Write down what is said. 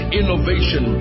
innovation